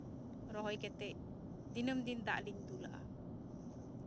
ᱨᱚᱦᱚᱭ ᱠᱟᱛᱮᱜ ᱫᱤᱱᱟᱹᱢ ᱫᱤᱱ ᱫᱟᱜ ᱞᱤᱧ ᱫᱩᱞᱟᱜᱼᱟ